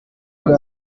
live